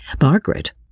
Margaret